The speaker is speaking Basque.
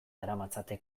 daramatzate